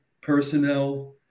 personnel